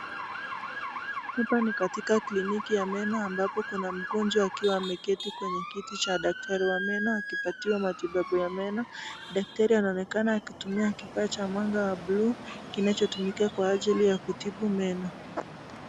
Hapa ni katika kliniki ya meno ambapo kuna mgonjwa akiwa ameketi kwenye kiti cha daktari wa meno akipatiwa matibabu ya meno. Daktari anaonekana akitumia kifaa cha mwanga wa buluu kinachotumika kwa ajili ya kutibu meno.